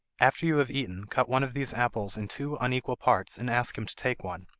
after you have eaten cut one of these apples in two unequal parts, and ask him to take one.